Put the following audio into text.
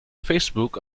facebook